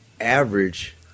average